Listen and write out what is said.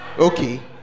okay